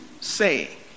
say